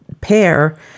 pair